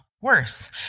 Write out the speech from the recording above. worse